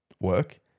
work